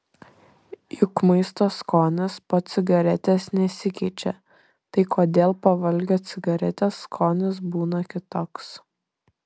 juk maisto skonis po cigaretės nesikeičia tai kodėl po valgio cigaretės skonis būna kitoks